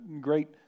great